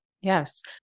Yes